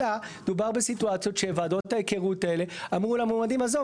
אלא דובר בסיטואציות שוועדות ההיכרות האלה אמרו למועמדים עזוב,